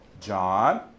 John